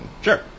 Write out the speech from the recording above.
Sure